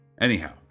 Anyhow